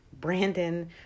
Brandon